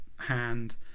hand